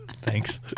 Thanks